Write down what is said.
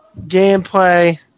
gameplay